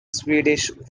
swedish